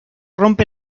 rompe